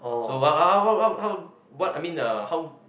so how how what I mean uh how